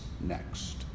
next